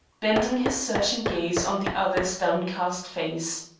bending his searching gaze on the other's downcast face.